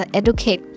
educate